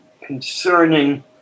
concerning